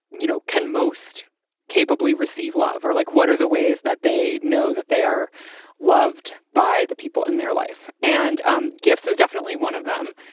you know, can most capably receive love or like what are the ways that they know that they are loved by the people in their life and um gifts is definitely one of them.